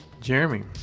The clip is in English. Jeremy